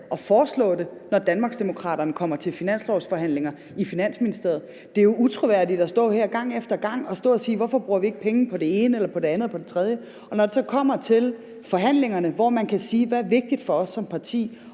at foreslå det, når Danmarksdemokraterne kommer til finanslovsforhandlinger i Finansministeriet. Det er jo utroværdigt at stå her gang efter gang og sige, hvorfor vi ikke bruger penge på det ene eller det andet eller det tredje, og når det så kommer til forhandlingerne, hvor man kan sige, hvad der er vigtigt for en som parti